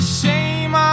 shame